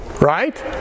right